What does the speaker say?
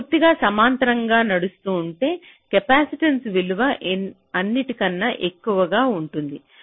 అవి పూర్తిగా సమాంతరంగా నడుస్తుంటే కెపాసిటెన్స విలువ అన్నింటికన్నా ఎక్కువగా ఉంటుంది